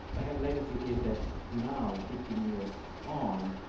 but her legacy is that now, fifteen years on,